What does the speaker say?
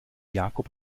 jakob